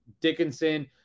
Dickinson